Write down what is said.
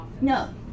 No